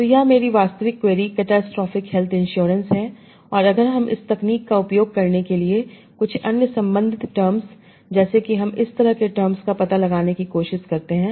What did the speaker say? तो यह मेरी एसी वास्तविक क्वेरी कैटास्ट्रोफिक हेल्थ इंश्योरेंस है और अगर हम इस तकनीक का उपयोग करने के लिए कुछ अन्य संबंधित टर्म्स जैसे कि हम इस तरह के टर्म्स का पता लगाने की कोशिश करते हैं